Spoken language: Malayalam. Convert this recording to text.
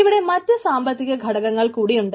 ഇവിടെ മറ്റു രണ്ടു സാമ്പത്തിക ഘടകങ്ങൾ കൂടിയുണ്ട്